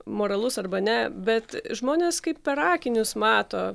moralus arba ne bet žmonės kaip per akinius mato